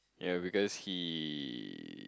ya because he